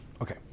Okay